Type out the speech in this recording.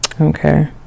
Okay